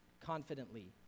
confidently